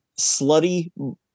slutty